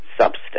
substance